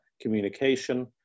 communication